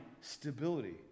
stability